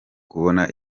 kubona